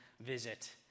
visit